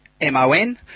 M-O-N